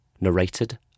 Narrated